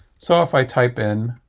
so, if i type in